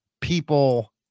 people